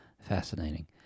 Fascinating